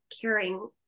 caring